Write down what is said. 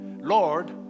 Lord